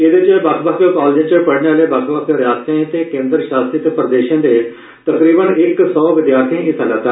एहदे च बक्ख बक्ख कालेजें च पढ़ने आले बक्ख बक्ख रिआसतें ते केन्द्र शासित प्रदेशें दे तकरीबन इक सौ विद्यार्थिए हिस्सा लैता